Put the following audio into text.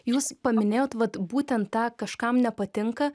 jūs paminėjot vat būtent tą kažkam nepatinka